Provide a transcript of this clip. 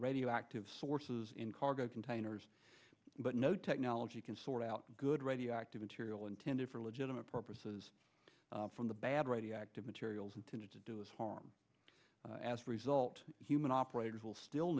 radioactive sources in cargo containers but no technology can sort out good radioactive material intended for legitimate purposes from the bad radioactive materials intended to do us harm result human operators will still